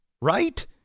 right